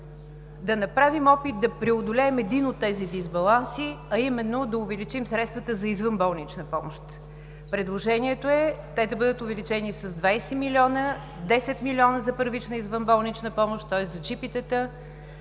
да направим опит да преодолеем един от тези дисбаланси, а именно да увеличим средствата за извънболнична помощ. Предложението е те да бъдат увеличени с 20 милиона: 10 млн. за първична извънболнична помощ, тоест за джипитата;